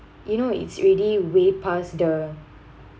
you know it's already way past the